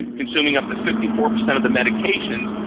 consuming up to fifty four percent of the medications,